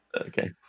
Okay